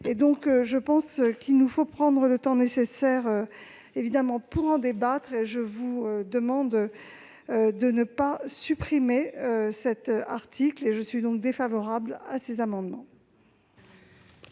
devons évidemment prendre le temps nécessaire pour en débattre, mais je vous demande de ne pas supprimer cet article. Je suis donc défavorable à ces amendements.